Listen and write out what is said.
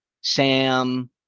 Sam